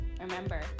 Remember